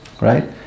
right